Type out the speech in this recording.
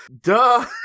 duh